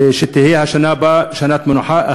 ושתהיה השנה הבאה שנת מנוחה,